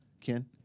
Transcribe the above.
Ken